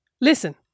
Listen